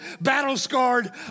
battle-scarred